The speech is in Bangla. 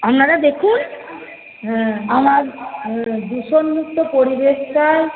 আপনারা দেখুন আমার দূষণমুক্ত পরিবেশটা